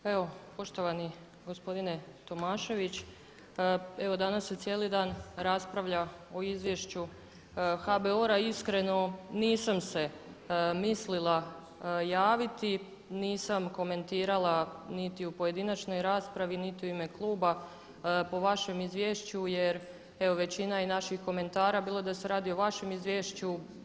Pa evo poštovani gospodine Tomašević, evo danas se cijeli dan raspravlja o izvješću HBOR-a i iskreno nisam se mislila javiti, nisam komentirala niti u pojedinačnoj raspravi, niti u ime kluba po vašem izvješću jer evo većina je naših komentara bilo da se radi o vašem izvješću.